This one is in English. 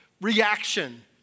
reaction